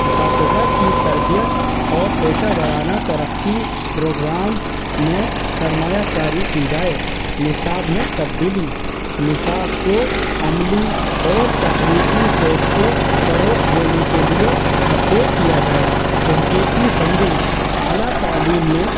اساتذہ کی تربیت اور پیشہ وارانہ ترقی پروگرامز میں سرمایہ کاری کی جائے نصاب میں تبدیلی نصاب کو عملی اور تخلیقی سوچ کو فروغ دینے کے لیے اپڈیٹ کیا جائے تحقیقی فنڈنگ اعلیٰ تعلیم میں